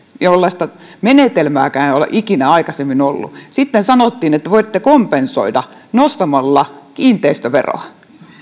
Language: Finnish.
jollaista menetelmääkään ei ole ikinä aikaisemmin ollut sitten sanottiin että voitte kompensoida nostamalla kiinteistöveroa